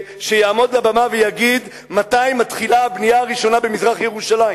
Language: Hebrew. שיעמוד על הבמה ויגיד מתי מתחילה הבנייה הראשונה במזרח-ירושלים.